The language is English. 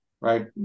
right